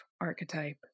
archetype